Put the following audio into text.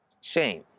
shame